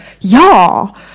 y'all